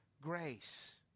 grace